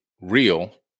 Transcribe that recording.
real